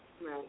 Right